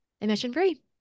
emission-free